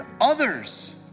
others